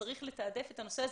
שצריך לתעדף את הנושא הזה.